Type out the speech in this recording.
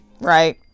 right